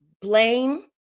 Blame